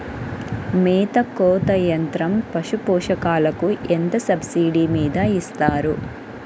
మేత కోత యంత్రం పశుపోషకాలకు ఎంత సబ్సిడీ మీద ఇస్తారు?